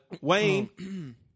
Wayne